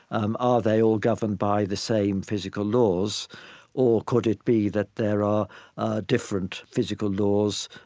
um are they all governed by the same physical laws or could it be that there are different physical laws,